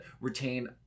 retain